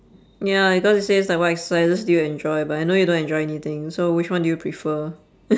ya because it says like what exercises do you enjoy but I know you don't enjoy anything so which one do you prefer